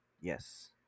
yes